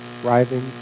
thriving